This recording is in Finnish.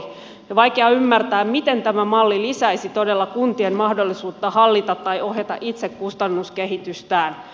on vaikea ymmärtää miten tämä malli lisäisi todella kuntien mahdollisuutta hallita tai ohjata itse kustannuskehitystään